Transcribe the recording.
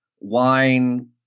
wine